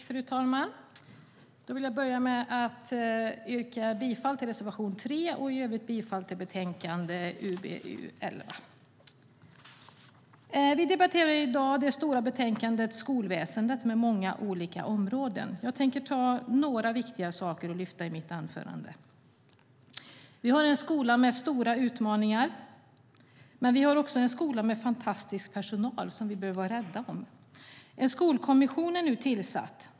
Fru talman! Jag yrkar bifall till reservation 3 och i övrigt till utskottets förslag i betänkande UbU 11. Vi debatterar i dag det stora betänkandet Skolväsendet där många olika områden behandlas. Jag tänkte lyfta upp några viktiga frågor i mitt anförande. Vi har en skola där det finns stora utmaningar, men vi har också en skola med fantastisk personal som vi behöver vara rädd om. En skolkommission har nu tillsatts.